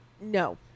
No